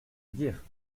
dire